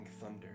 thunder